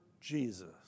Jesus